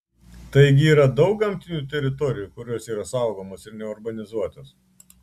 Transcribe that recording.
taigi yra daug gamtinių teritorijų kurios yra saugomos ir neurbanizuotos